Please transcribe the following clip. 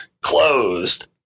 closed